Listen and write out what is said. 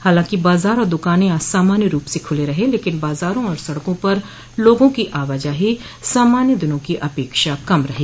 हालांकि बाजार और दुकाने आज सामान्य रूप से खुले रहे लेकिन बाजारों और सड़कों पर लोगों की आवाजाही सामान्य दिनों की अपेक्षा कम रही